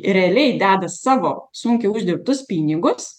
realiai deda savo sunkiai uždirbtus pinigus